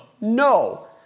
No